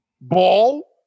Ball